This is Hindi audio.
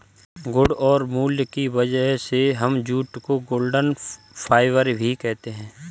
गुण और मूल्य की वजह से हम जूट को गोल्डन फाइबर भी कहते है